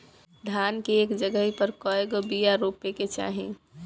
धान मे एक जगही पर कएगो बिया रोपे के चाही?